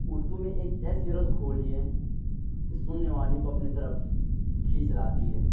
اردو میں ایک ایسی رس گھولی ہے کہ سننے والی کو اپنے طرف کھینچ لاتی ہے